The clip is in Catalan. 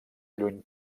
lluny